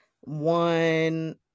one